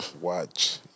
Watch